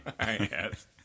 Yes